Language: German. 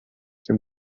dem